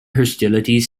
hostilities